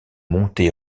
monté